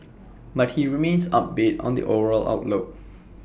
but he remains upbeat on the overall outlook